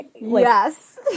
Yes